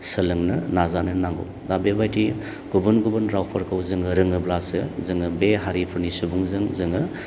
सोलोंनो नाजानो नांगौ दा बेबायदि गुबुन गुबुन रावफोरखौ जोङो रोङोब्लासो जोङो बे हारिफोरनि सुबुंजों जोङो